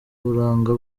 buranga